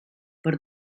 per